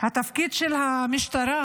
התפקיד של המשטרה